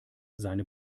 seine